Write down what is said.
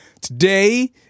Today